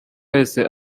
wese